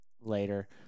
later